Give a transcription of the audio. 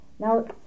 Now